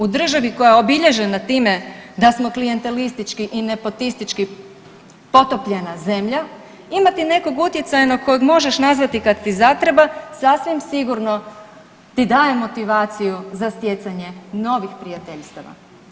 U državi koja je obilježena time da smo klijentelistički i nepotistički potopljena zemlja imati nekog utjecajnog kojeg možeš nazvati kad ti zatreba sasvim sigurno ti daje motivaciju za stjecanje novih prijateljstava.